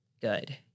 good